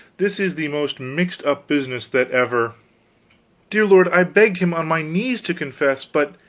this is the most mixed-up business that ever dear lord, i begged him on my knees to confess, but